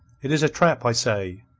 it is a trap, i say.